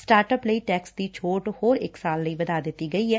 startups ਲਈ tax ਦੀ ਛੋਟ ਹੋਰ ਇਕ ਸਾਲ ਲਈ ਵਧਾ ਦਿੱਤੀ ਗਈ ਐ